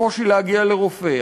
הקושי להגיע לרופא,